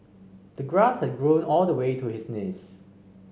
the grass had grown all the way to his knees